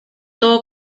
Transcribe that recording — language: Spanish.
todo